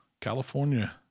California